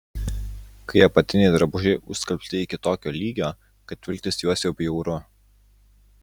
kai apatiniai drabužiai užskalbti iki tokio lygio kad vilktis juos jau bjauru